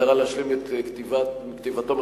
אדוני היושב-ראש, תודה רבה, חברות וחברי